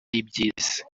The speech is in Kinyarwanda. iby’isi